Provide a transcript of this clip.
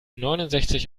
neunundsechzig